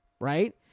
right